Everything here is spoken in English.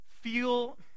feel